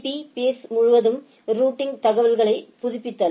பீ peers முழுவதும் routing தகவல்களை புதுப்பித்தல்